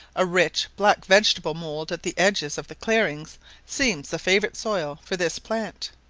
a rich black vegetable mould at the edges of the clearings seems the favourite soil for this plant.